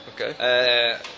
Okay